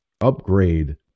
upgrade